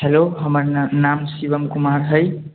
hello हमर नाम शिवम कुमार हइ